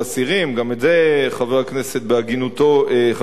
גם את זה חבר הכנסת בהגינותו, חבר הכנסת פרץ ציין,